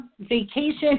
vacation